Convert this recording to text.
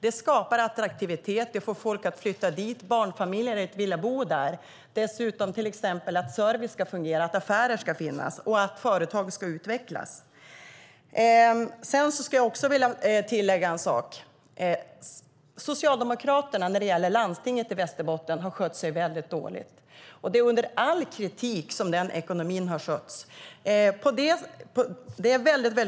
Det skapar attraktivitet, får folk att flytta dit och barnfamiljer att vilja bo där. Dessutom kan servicen fungera, affärer finnas och företag utvecklas. Låt mig tillägga ytterligare en sak. När det gäller landstinget i Västerbotten har Socialdemokraterna skött sig illa. Sättet som ekonomin har skötts på är under all kritik.